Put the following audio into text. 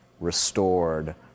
restored